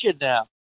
now